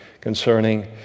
concerning